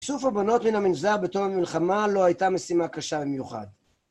איסוף הבנות מן המנזר בתום המלחמה לא הייתה משימה קשה במיוחד.